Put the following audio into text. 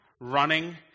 running